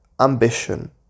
ambition